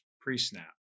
pre-snap